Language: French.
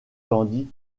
tandis